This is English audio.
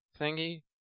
thingy